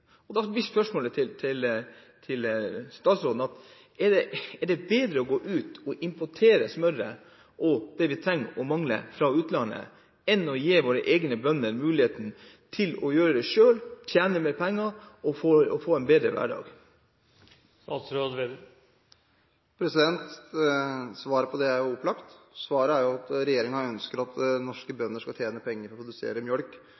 Da blir spørsmålet til statsråden: Er det bedre å gå ut og importere det smøret som vi trenger fra utlandet, enn å gi våre egne bønder muligheten til å gjøre det selv, tjene mer penger og få en bedre hverdag? Svaret på det er jo opplagt. Svaret er at regjeringen ønsker at norske